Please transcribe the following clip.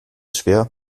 schwer